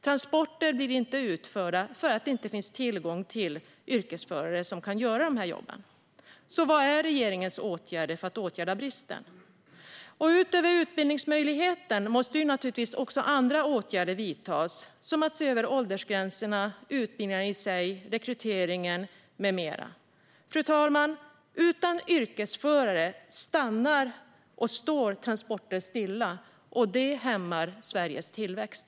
Transporter blir inte utförda eftersom det inte finns tillgång till yrkesförare som kan göra jobben. Vad gör regeringen för att åtgärda bristen på förare? Utöver utbildningsmöjligheten måste naturligtvis andra åtgärder vidtas, till exempel att se över åldersgränserna, utbildningarna i sig, rekryteringen med mera. Fru talman! Utan yrkesförare står transporterna stilla. Det hämmar Sveriges tillväxt.